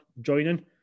joining